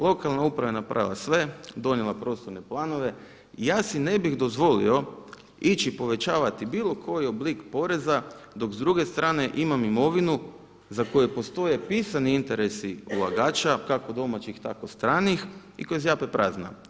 Lokalna uprava je napravila sve, donijela prostorne planove i ja si ne bih dozvolio ići povećavati bilo koji oblik poreza dok s druge strane imam imovinu za koje postoji pisani interesi ulagača, kako domaćih tako i stranih i koja zjape prazna.